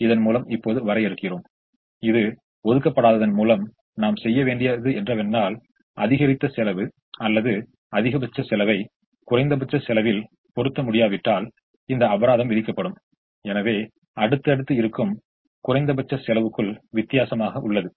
எனவே இதன் நிகர முடிவு a 1 ஆகும் இதன் பொருள் என்னவென்றால் நாம் 1 யூனிட்டை இந்த நிலையில் பொருத்தினால் அதன் செலவு 1 ஆக அதிகரிக்கும் எனவே இதை இந்த நிலையில் பொருத்துவதினால் நமக்கு எந்த லாபமும் இல்லை